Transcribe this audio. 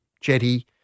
jetty